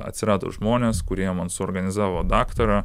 atsirado žmonės kurie man suorganizavo daktarą